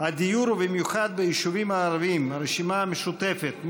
ובמיוחד ביישובים הערביים, הרשימה המשותפת.